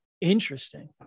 Interesting